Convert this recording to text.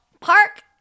Park